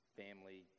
family